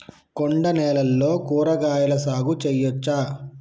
కొండ నేలల్లో కూరగాయల సాగు చేయచ్చా?